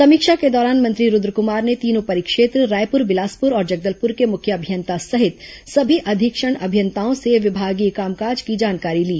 समीक्षा के दौरान मंत्री रूद्रकुमार ने तीनों परिक्षेत्र रायपुर बिलासपुर और जगदलपुर के मुख्य अभियंता सहित सभी अधीक्षण अभियंताओं से विभागीय कामकाज की जानकारी ली